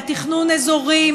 על תכנון אזורי,